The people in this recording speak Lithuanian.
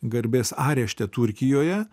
garbės arešte turkijoje